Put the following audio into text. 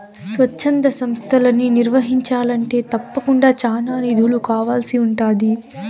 స్వచ్ఛంద సంస్తలని నిర్వహించాలంటే తప్పకుండా చానా నిధులు కావాల్సి ఉంటాది